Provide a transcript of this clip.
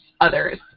others